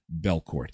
Belcourt